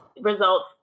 results